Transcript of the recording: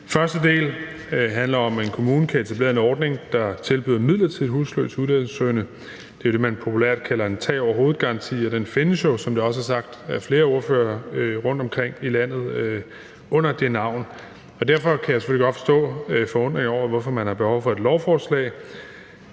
Første del handler om, at en kommune kan etablere en ordning, der tilbyder midlertidig husly til uddannelsessøgende. Det er jo det, man populært kalder en tag over hovedet-garanti, og den findes jo, som det også er sagt af flere ordførere, rundtomkring i landet under det navn. Derfor kan jeg selvfølgelig godt forstå forundringen over, hvorfor man har behov for et lovforslag.